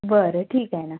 बरं ठीक आहे ना